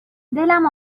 دلم